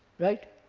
right?